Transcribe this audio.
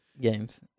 games